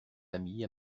amis